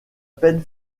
peine